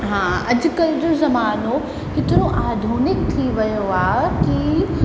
हा अॼुकल्ह जो ज़मानो हेतिरो आधुनिक थी वियो आहे कि